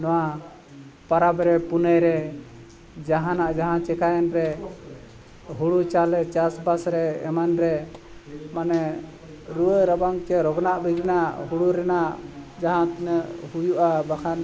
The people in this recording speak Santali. ᱱᱚᱣᱟ ᱯᱚᱨᱚᱵᱽ ᱨᱮ ᱯᱩᱱᱟᱹᱭ ᱨᱮ ᱡᱟᱦᱟᱱᱟᱜ ᱡᱟᱦᱟᱸ ᱪᱮᱠᱟᱹᱭᱮᱱ ᱨᱮ ᱦᱩᱲᱩ ᱪᱟᱣᱞᱮ ᱪᱟᱥᱵᱟᱥ ᱨᱮ ᱮᱢᱟᱱ ᱨᱮ ᱢᱟᱱᱮ ᱨᱩᱣᱟᱹ ᱨᱟᱵᱟᱝ ᱪᱮᱫ ᱨᱳᱜᱟᱜ ᱵᱤᱜᱷᱤᱱᱟᱜ ᱦᱩᱲᱩ ᱨᱮᱱᱟᱜ ᱡᱟᱦᱟᱸ ᱛᱤᱱᱟᱹᱜ ᱦᱩᱭᱩᱜᱼᱟ ᱵᱟᱠᱷᱟᱱ